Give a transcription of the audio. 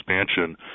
expansion